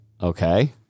Okay